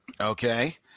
okay